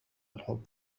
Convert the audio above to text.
الحب